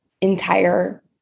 entire